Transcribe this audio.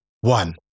one